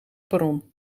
perron